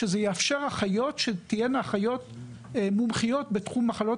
שזה יאפשר שתהיינה אחיות מומחיות בתחום מחלות